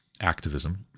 activism